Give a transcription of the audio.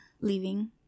leaving